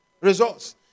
results